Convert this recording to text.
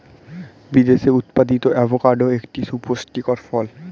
বিদেশে উৎপাদিত অ্যাভোকাডো একটি সুপুষ্টিকর ফল